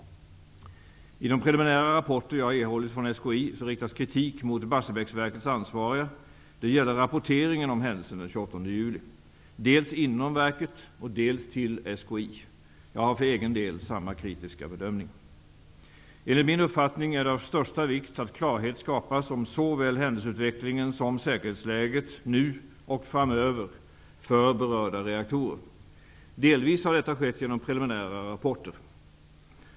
I de preliminära rapporter jag erhållit från SKI riktas kritik mot Barsebäcksverkets ansvariga. Det gäller rapporteringen om händelsen den 28 juli dels inom verket, dels till SKI. Jag har för egen del samma kritiska bedömning. Enligt min uppfattning är det av största vikt att klarhet skapas om såväl händelseutvecklingen som säkerhetsläget nu och framöver för berörda reaktorer. Delvis har detta skett genom preliminära rapporter.